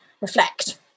reflect